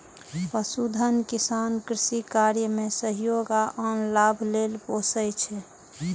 पशुधन किसान कृषि कार्य मे सहयोग आ आन लाभ लेल पोसय छै